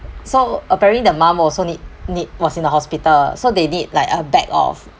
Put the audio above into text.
so apparently the mom also need need was in the hospital so they need like a bag of